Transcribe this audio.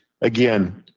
Again